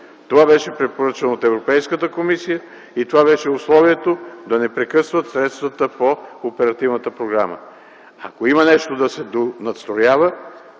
Това беше препоръчано от Европейската комисия и това беше условието да не прекъсват средствата по оперативната програма. Ако има нещо да се донадстроява